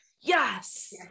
Yes